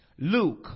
Luke